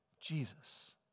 Jesus